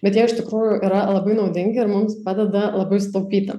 bet jie iš tikrųjų yra labai naudingi ir mums padeda labai sutaupyti